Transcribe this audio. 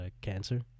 cancer